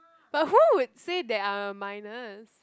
but who would said there are a minus